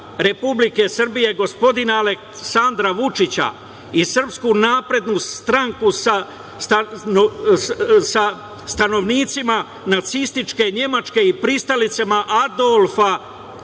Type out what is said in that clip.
Republike Srbije, gospodina Aleksandra Vučića i SNS sa stanovnicima nacističke Nemačke i pristalicama Adolfa